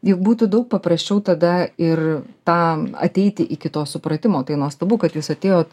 juk būtų daug paprasčiau tada ir tam ateiti iki to supratimo tai nuostabu kad jūs atėjot